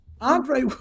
Andre